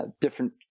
different